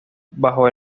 bajo